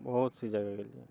बहुत सी जगह गेलियै